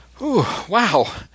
Wow